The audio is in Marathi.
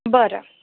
बरं